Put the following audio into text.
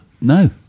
No